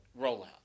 rollout